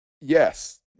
Yes